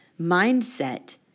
mindset